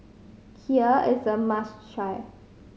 Kheer is a must try